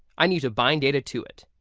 i need to bind data to it.